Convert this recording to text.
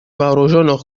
вооруженных